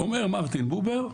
אומר מרטין בובר,